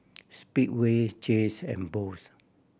Speedway Jays and Boost